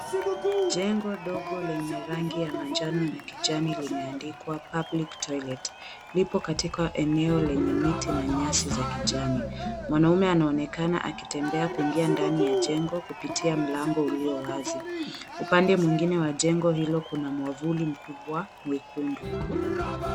Jengo kubwa la manjano na kijani limeandikwa public toilet lipokatika eneo lenye nyasi za kijani mwanaume anaonekana akitembea kuingia ndani ya jengo kupitia mlango uliowazi upande mwengine kwenye jengo hilo kuna mwavuli mkubwa wenye rangi ya nyekundu.